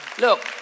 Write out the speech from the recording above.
Look